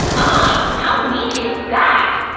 ah how mean is that!